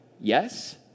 Yes